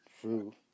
true